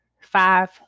five